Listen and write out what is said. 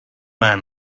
man